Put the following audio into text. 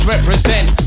represent